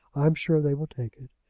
i am sure they will take it.